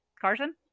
Carson